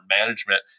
management